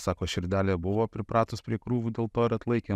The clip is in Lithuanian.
sako širdelė buvo pripratus prie krūvių dėl to ir atlaikė